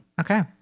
Okay